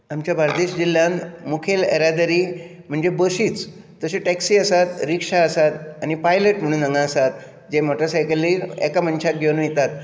आमचे बार्देश जिल्ल्यांत मुखेल येरादारी म्हणजे बशीच तशे टॅक्सी आसात रिक्षा आसात आनी पायलट म्हणून हांगा आसात जे मोटार सायकलीर एका मनशाक घेवन वयतात